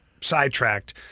sidetracked